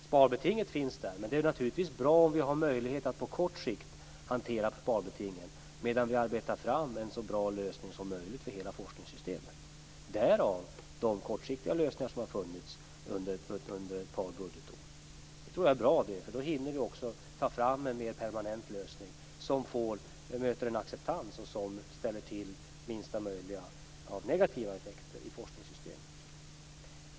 Sparbetingen finns, men det är naturligtvis bra om vi har möjlighet att på kort sikt hantera sparbetingen medan vi arbetar fram en så bra lösning som möjligt för hela forskningssystemet. Därav de kortsiktiga lösningar som har gjorts under ett par budgetår. Jag tror att det är bra, för då hinner vi ta fram en mer permanent lösning som möter en acceptans och som ställer till minsta möjliga negativa effekter i forskningssystemet.